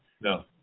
No